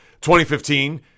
2015